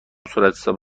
صورتحساب